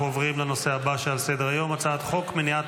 אנחנו עוברים לנושא הבא שעל סדר-היום: הצעת חוק מניעת